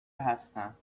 هستم